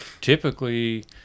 typically